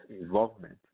involvement